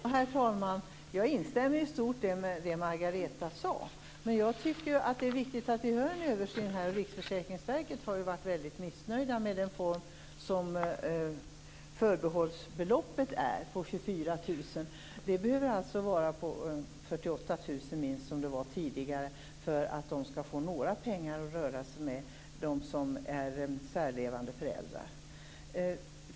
Herr talman! Jag instämmer i stort i det Margareta Israelsson sade. Jag tycker att det är viktigt att vi gör en översyn. Riksförsäkringsverket har ju varit väldigt missnöjt med förbehållsbeloppet på 24 000 kr. Det behöver alltså vara minst 48 000, som det var tidigare, för att de som är särlevande föräldrar skall få några pengar att röra sig med.